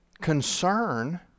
concern